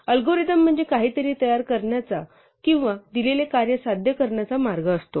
algorithm म्हणजे काहीतरी तयार करण्याचा किंवा दिलेले कार्य साध्य करण्याचा मार्ग असतो